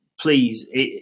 please